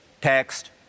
text